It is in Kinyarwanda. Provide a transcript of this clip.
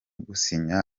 gusinya